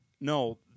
No